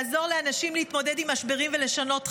לעזור לאנשים להתמודד עם משברים ולשנות חיים,